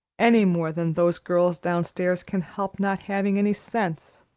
any more than those girls downstairs can help not having any sense.